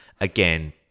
again